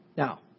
Now